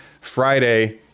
Friday